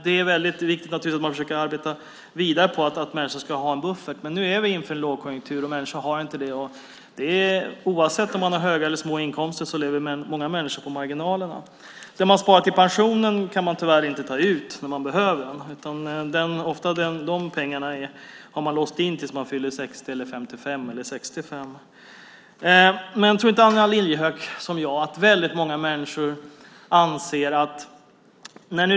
Det är naturligtvis viktigt att man försöker arbeta vidare på att människor ska ha en buffert, men nu är vi i en lågkonjunktur och människor har inte det. Oavsett om de har stora eller små inkomster lever många människor på marginalerna. Det man sparar till pensionen kan man tyvärr inte ta ut när man behöver det. De pengarna har man låst in till dess att man fyller 55, 60 eller 65.